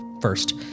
first